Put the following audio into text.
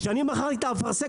כשאני מכרתי את האפרסק,